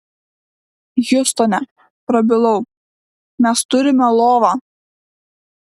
hjustone prabilau mes turime lovą